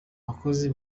bakozi